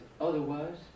otherwise